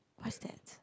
what's that